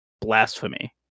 Blasphemy